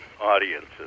audiences